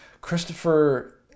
christopher